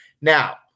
Now